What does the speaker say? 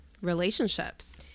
relationships